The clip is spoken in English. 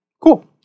Cool